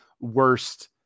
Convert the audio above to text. worst